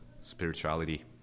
spirituality